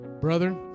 Brother